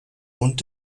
und